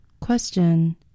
Question